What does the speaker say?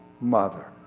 mother